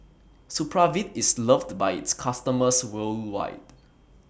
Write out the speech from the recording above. Supravit IS loved By its customers worldwide